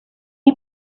you